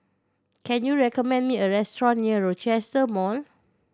can you recommend me a restaurant near Rochester Mall